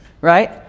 Right